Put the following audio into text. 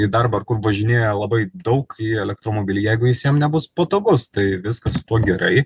į darbą ar kur važinėja labai daug į elektromobilį jeigu jis jam nebus patogus tai viskas su tuo gerai